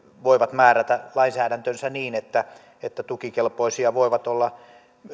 voivat määrätä lainsäädäntönsä niin että että tukikelpoisia voivat olla